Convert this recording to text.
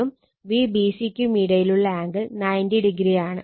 ഈ Van നും Vbc ക്കും ഇടയിലുള്ള ആംഗിൾ 90o ആണ്